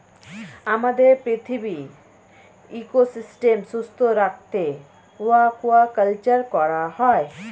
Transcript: আমাদের পৃথিবীর ইকোসিস্টেম সুস্থ রাখতে অ্য়াকুয়াকালচার করা হয়